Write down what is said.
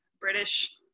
British